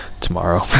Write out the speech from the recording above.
Tomorrow